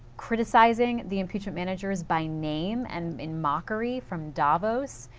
criticizing the impeachment managers by name, and in mockery from davo's.